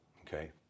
okay